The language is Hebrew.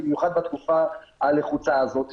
במיוחד בתקופה הלחוצה הזאת.